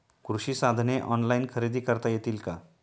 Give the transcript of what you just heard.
कृषी साधने ऑनलाइन खरेदी करता येतील का?